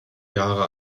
jahre